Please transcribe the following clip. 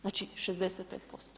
Znači 65%